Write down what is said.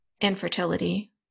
infertility